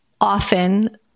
often